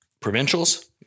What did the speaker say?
provincials